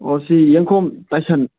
ꯑꯣ ꯁꯤ ꯌꯦꯡꯈꯣꯝ ꯇꯥꯏꯁꯟ